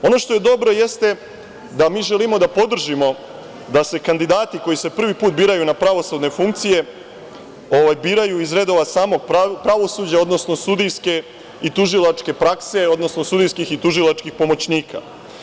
Ono što je dobro, jeste da mi želimo da podržimo da se kandidati koji se prvi put biraju na pravosudne funkcije, biraju iz redova samog pravosuđa, odnosno sudijske i tužilačke prakse, odnosno sudijskih i tužilačkih pomoćnika.